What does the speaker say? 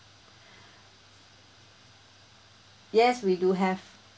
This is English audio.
yes we do have